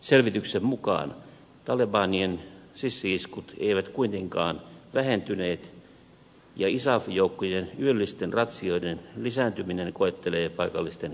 selvityksen mukaan talebanien sissi iskut eivät kuitenkaan vähentyneet ja isaf joukkojen yöllisten ratsioiden lisääntyminen koettelee paikallisten kärsivällisyyttä